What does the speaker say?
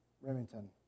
Remington